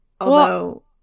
although-